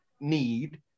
need